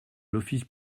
l’office